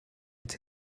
its